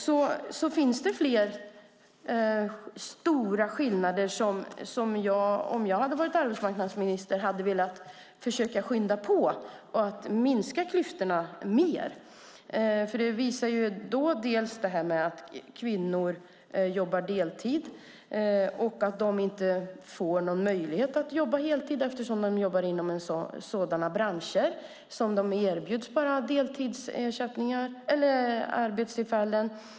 Men det finns fler stora skillnader där jag, om jag hade varit arbetsmarknadsminister, hade velat skynda på för att minska klyftorna mer. Kvinnor jobbar deltid och får inte möjlighet att jobba heltid eftersom de jobbar inom branscher där man bara erbjuds deltidsarbeten.